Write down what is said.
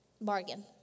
bargain